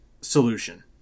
solution